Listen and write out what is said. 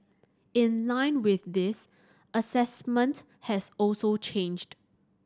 in line with this assessment has also changed